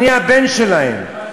אני הבן שלהם,